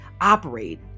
operate